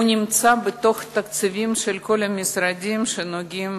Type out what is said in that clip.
הוא נמצא בתוך תקציבים של כל המשרדים שנוגעים